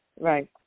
Right